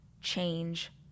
change